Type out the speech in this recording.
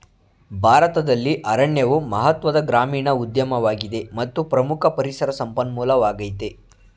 ಭಾರತದಲ್ಲಿ ಅರಣ್ಯವು ಮಹತ್ವದ ಗ್ರಾಮೀಣ ಉದ್ಯಮವಾಗಿದೆ ಮತ್ತು ಪ್ರಮುಖ ಪರಿಸರ ಸಂಪನ್ಮೂಲವಾಗಯ್ತೆ